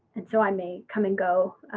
and so i may come and go.